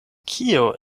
kio